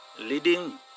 leading